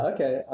Okay